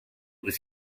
was